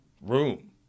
room